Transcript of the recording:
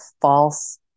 false